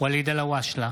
ואליד אלהואשלה,